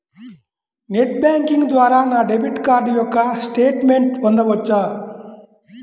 Net banking ద్వారా నా debit card యొక్క స్టేట్మెంట్ పొందవచ్చా?